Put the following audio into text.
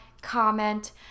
Comment